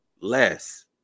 less